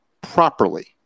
Properly